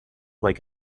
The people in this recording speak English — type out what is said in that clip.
like